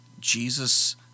Jesus